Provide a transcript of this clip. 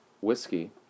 whiskey